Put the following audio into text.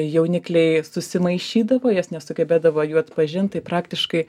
jaunikliai susimaišydavo jos nesugebėdavo jų atpažint tai praktiškai